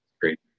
great